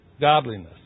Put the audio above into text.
godliness